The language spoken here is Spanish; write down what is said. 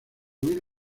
mil